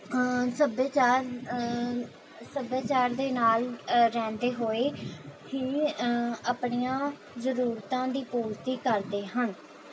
ਸੱਭਿਆਚਾਰ ਸੱਭਿਆਚਾਰ ਦੇ ਨਾਲ ਰਹਿੰਦੇ ਹੋਏ ਹੀ ਆਪਣੀਆਂ ਜ਼ਰੂਰਤਾਂ ਦੀ ਪੂਰਤੀ ਕਰਦੇ ਹਨ